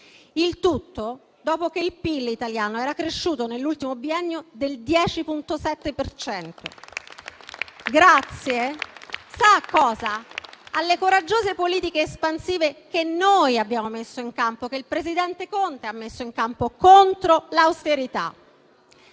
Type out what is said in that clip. Il tutto dopo che il PIL italiano era cresciuto nell'ultimo biennio del 10,7 per cento, grazie alle coraggiose politiche espansive che noi abbiamo messo in campo, che il presidente Conte ha messo in campo, contro l'austerità.